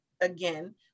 again